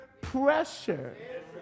pressure